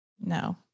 No